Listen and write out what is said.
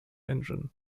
engine